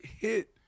hit